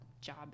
job